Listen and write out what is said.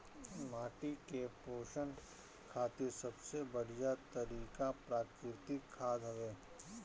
माटी के पोषण खातिर सबसे बढ़िया तरिका प्राकृतिक खाद हवे